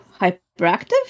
Hyperactive